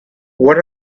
what